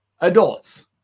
adults